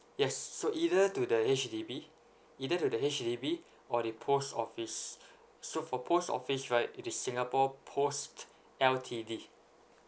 yes so either to the H_D_B either to the H_D_B or the post office so for post office right it is singapore post L_T_D